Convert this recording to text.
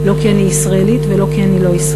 לא כי אני ישראלית ולא כי אני לא-ישראלית.